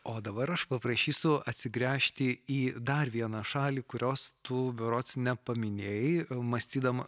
o dabar aš paprašysiu atsigręžti į dar vieną šalį kurios tu berods nepaminėjai mąstydama